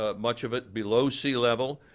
ah much of it, below sea level.